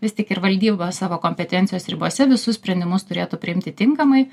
vis tik ir valdyba savo kompetencijos ribose visus sprendimus turėtų priimti tinkamai